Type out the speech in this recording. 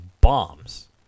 bombs